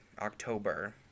october